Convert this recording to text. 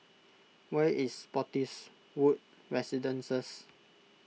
where is Spottiswoode Residences